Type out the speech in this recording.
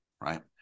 right